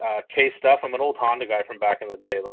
k stuff, i'm an old honda guy from back in the day. like